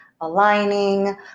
aligning